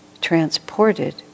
transported